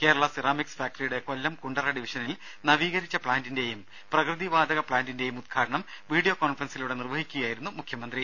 Kerala ceramics ഫാക്ടറിയുടെ കൊല്ലം കുണ്ടറ ഡിവിഷനിൽ നവീകരിച്ച പ്ലാന്റിന്റെയും പ്രകൃതി വാതക പ്പാന്റിന്റെയും ഉദ്ഘാടനം വീഡിയോ കോൺഫറൻസിലൂടെ നിർവഹിക്കുകയായിരുന്നു അദ്ദേഹം